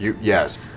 Yes